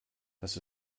dass